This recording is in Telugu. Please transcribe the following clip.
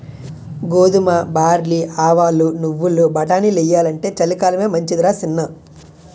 గోధుమ, బార్లీ, ఆవాలు, నువ్వులు, బటానీలెయ్యాలంటే చలికాలమే మంచిదరా సిన్నా